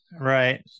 Right